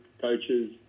coaches